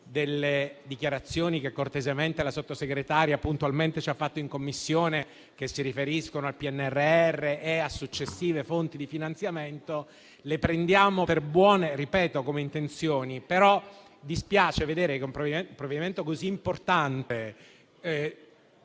dichiarazioni che cortesemente la Sottosegretaria ci ha reso in Commissione, che si riferiscono al PNRR e a successive fonti di finanziamento. Le prendiamo per buone come intenzioni; però dispiace vedere che un provvedimento così importante,